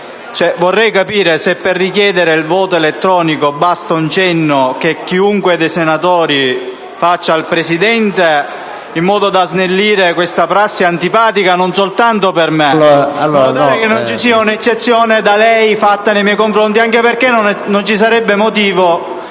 Vorrei capire se per richiedere il voto elettronico basti un cenno che chiunque dei senatori può fare al Presidente in modo da snellire questa prassi antipatica, non soltanto per me.